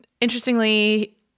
interestingly